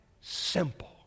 simple